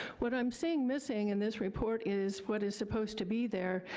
what i'm seeing missing in this report is what is supposed to be there,